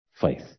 faith